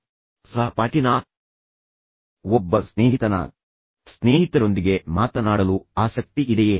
ಮತ್ತು ಸ್ನೇಹಿತರ ನಡುವೆ ಶಾಲಾ ಸಹಪಾಠಿ ಅಥವಾ ಆಪ್ತ ಸ್ನೇಹಿತ ಅಥವಾ ಹೊಸ ಸ್ನೇಹಿತ ನೀವು ಯಾವ ಸ್ನೇಹಿತರೊಂದಿಗೆ ಮಾತನಾಡಲು ಆಸಕ್ತಿ ಇದೆಯೇ